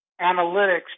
analytics